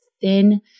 thin